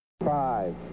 Five